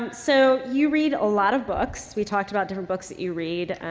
and so, you read a lot of books. we talked about different books that you read.